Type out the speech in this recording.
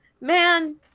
man